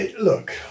look